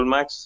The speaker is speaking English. Max